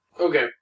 Okay